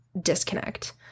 disconnect